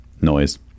noise